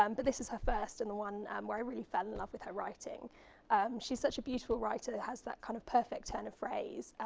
um but this is her first and the one where i really fell in love with her writing she's such a beautiful writer, has that kind of perfect turn of phrase.